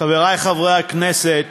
חברת הכנסת